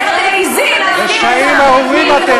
איך אתם מעזים, רשעים ארורים אתם,